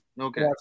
Okay